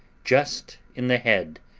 just in the head.